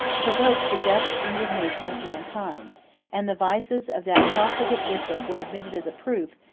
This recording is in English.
provoked the just indignation of mankind and the vices of that profligate bishop were admitted as a proof,